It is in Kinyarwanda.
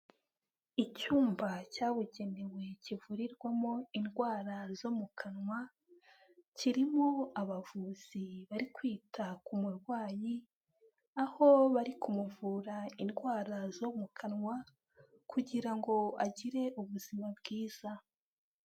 Icyumba cyabugenewe kivurirwamo indwara zo mu kanwa, kirimo abavuzi bari kwita ku murwayi, aho bari kumuvura indwara zo mu kanwa kugira ngo agire ubuzima bwiza.